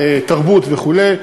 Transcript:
תרבות וכו',